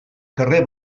carrer